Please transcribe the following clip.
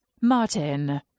Martin